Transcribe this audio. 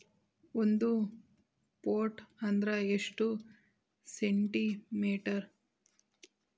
ಒಂದು ಫೂಟ್ ಅಂದ್ರ ಎಷ್ಟು ಸೆಂಟಿ ಮೇಟರ್?